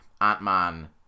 Ant-Man